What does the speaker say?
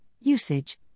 usage